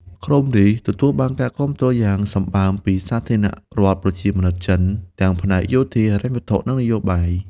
ក្រុមនេះទទួលបានការគាំទ្រយ៉ាងសម្បើមពីសាធារណរដ្ឋប្រជាមានិតចិន ទាំងផ្នែកយោធា ហិរញ្ញវត្ថុ និងនយោបាយ។